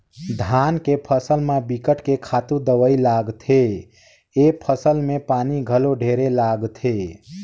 धान के फसल म बिकट के खातू दवई लागथे, ए फसल में पानी घलो ढेरे लागथे